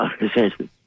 essentially